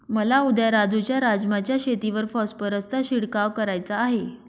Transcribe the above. मला उद्या राजू च्या राजमा च्या शेतीवर फॉस्फरसचा शिडकाव करायचा आहे